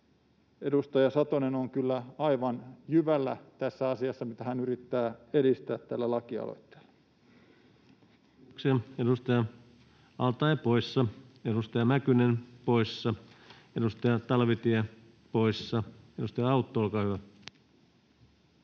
edustaja Satonen on kyllä aivan jyvällä tässä asiassa, mitä hän yrittää edistää tällä lakialoitteella. [Arto Satonen: Kiitos!] Kiitoksia. — Edustaja al-Taee poissa, edustaja Mäkynen poissa, edustaja Talvitie poissa. — Edustaja Autto, olkaa hyvä.